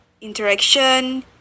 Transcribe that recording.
interaction